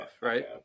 right